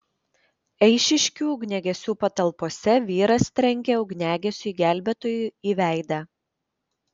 eišiškių ugniagesių patalpose vyras trenkė ugniagesiui gelbėtojui į veidą